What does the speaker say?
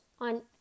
on